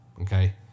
okay